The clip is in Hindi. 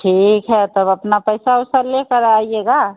ठीक है तब अपना पैसा उसा लेकर आइएगा